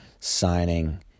signing